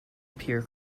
pure